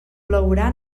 plourà